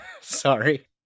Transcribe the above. Sorry